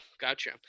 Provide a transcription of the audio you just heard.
gotcha